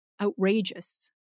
outrageous